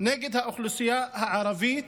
של האוכלוסייה הערבית,